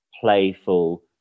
playful